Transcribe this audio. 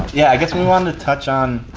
yeah, i guess we wanted to touch on.